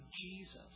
Jesus